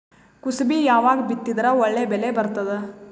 ಕುಸಬಿ ಯಾವಾಗ ಬಿತ್ತಿದರ ಒಳ್ಳೆ ಬೆಲೆ ಬರತದ?